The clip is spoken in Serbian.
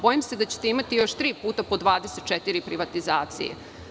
Bojim se da ćete imati još tri puta po 24 privatizacije.